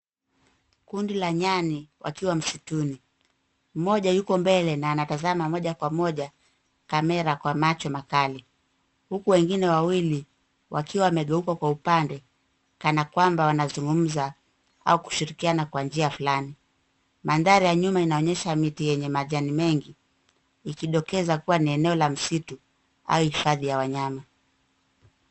Kundi la nyani wakiwa msituni, mmoja yuko mbele na anatazama moja kwa moja kamera kwa macho makali, huku wengine wawili wakiwa wamegeuka kwa upande kana kwamba wanazungumza au kushirikiana kwa njia fulani. Mandhari ya nyuma inaonyesha miti yenye majani mengi ikidokeza kuwa ni eneo la msitu au hifadhi ya wanyama.